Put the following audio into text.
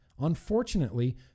Unfortunately